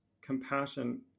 compassion